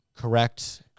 correct